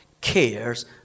cares